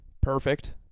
perfect